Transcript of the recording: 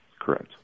Correct